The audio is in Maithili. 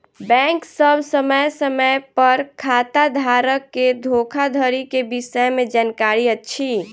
बैंक सभ समय समय पर खाताधारक के धोखाधड़ी के विषय में जानकारी अछि